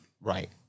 Right